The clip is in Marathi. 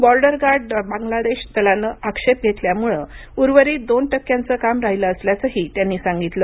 बॉर्डर गार्ड बांगलादेश दलानं आक्षेप घेतल्यामुळं उर्वरीत दोन टक्क्यांचं काम राहिलं असल्याचंही त्यांनी सांगितलं